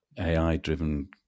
AI-driven